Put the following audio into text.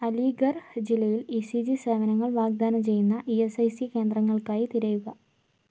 അലീഗർഹ് ജില്ലയിൽ ഈ C G സേവനങ്ങൾ വാഗ്ദാനം ചെയ്യുന്ന ഇ എസ് ഐ സി കേന്ദ്രങ്ങൾക്കായി തിരയുക